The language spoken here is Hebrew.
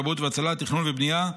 כבאות והצלה ותכנון בנייה,